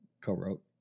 co-wrote